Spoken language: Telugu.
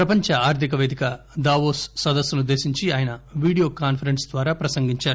ప్రపంచ ఆర్దిక పేదిక దావోస్ సదస్సునుద్దేశించి ఆయన వీడియో కాన్పరెన్స్ ద్వారా ప్రసంగించారు